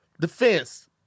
defense